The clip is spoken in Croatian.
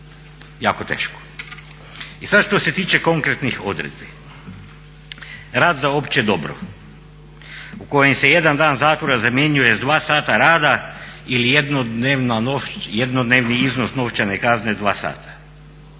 jako teško. I sad što se tiče konkretnih odredbi. Rad za opće dobro u kojem se jedan dan zatvora zamjenjuje s dva sata rada ili jednodnevni iznos novčane kazne dva sata.